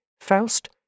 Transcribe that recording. Faust